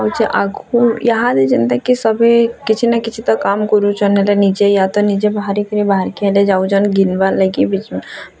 ଆଗ୍କୁ ଇହାଦେ ଯେନ୍ତାକେ ସଭିଏଁ କିଛି ନା କିଛି ତ କାମ୍ କରୁଛନ୍ ହେଲେ ନିଜେ ୟା ତ ନିଜେ ବାହାରିକିରି ବାହର୍ କେନେ ଯାଉଛନ୍ ଗିନ୍ବାର୍ ଲାଗି ବି